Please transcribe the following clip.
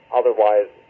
otherwise